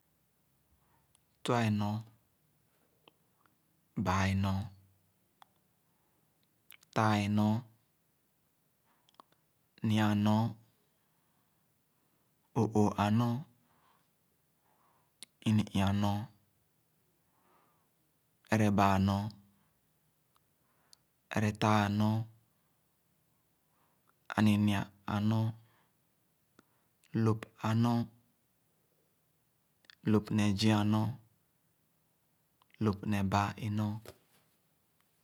Tua é ɔɔn, baa é ɔɔn, taa é ɔɔn, nyi-a é ɔɔn, o õõh ã ɔɔn, ini-ii ã ɔɔn, ereba ã ɔɔn, eretãã ãɔɔn, aninyia ã ɔɔn, lõp ã ɔɔn, lõp ne zii aɔɔn, lõp ne bãã é ɔɔn.